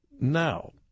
Now